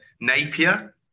Napier